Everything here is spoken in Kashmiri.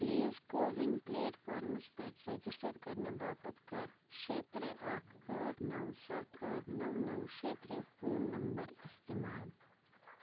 پلیٖز کووِن پلیٹفارمس پٮ۪ٹھ رجسٹر کرنہٕ باپتھ کَرر شےٚ ترٛےٚ اَکھ ٲٹھ نَو سَتھ ٲٹھ نَو نَو شےٚ ترٛےٚ فون نمبر استعمال